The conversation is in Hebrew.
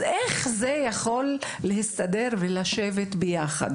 איך זה מסתדר יחד?